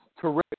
terrific